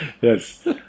Yes